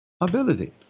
ability